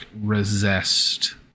resist